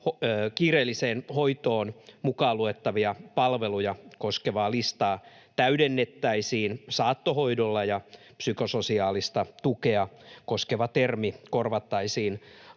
kiireelliseen hoitoon mukaan luettavia palveluja koskevaa listaa täydennettäisiin saattohoidolla ja psykososiaalista tukea koskeva termi korvattaisiin